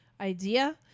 idea